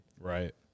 Right